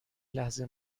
لحظه